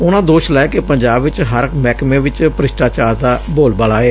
ਉਨੂਾਂ ਦੋਸ਼ ਲਾਇਆ ਕਿ ਪੰਜਾਬ ਚ ਹਰ ਮਹਿਕਮੇ ਚ ਭ੍ਸਿਸਟਾਚਾਰ ਦਾ ਬੋਲਬਾਲਾ ਏ